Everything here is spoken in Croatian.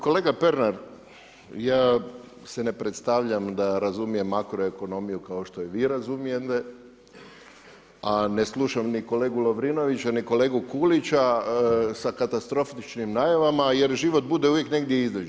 Kolega Pernar, ja se ne predstavljam da razumijem makroekonomiju kao što vi razumijete, a ne slušam ni kolegu Lovrinovića, ni kolegu Kulića sa katastrofičnim najavama jer život bude uvijek negdje između.